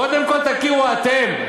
קודם כול תכירו אתם.